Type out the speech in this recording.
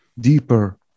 deeper